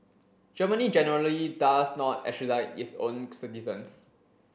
Germany generally does not extradite its own citizens